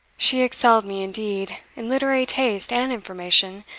she excelled me, indeed, in literary taste and information,